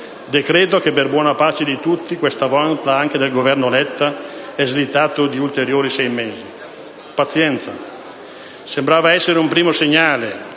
decreto che per buona pace di tutti, questa volta anche del Governo Letta, è slittato di ulteriori sei mesi. Pazienza, sembrava essere un primo segnale: